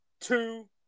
two